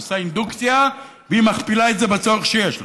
היא עושה אינדוקציה והיא מכפילה את זה בצורך שיש לה.